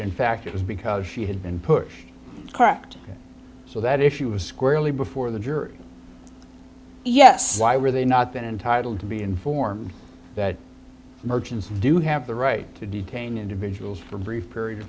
in fact it was because she had been pushed correct so that if she was squarely before the jury yes why were they not been entitled to be informed that merchants do have the right to detain individuals for a brief period of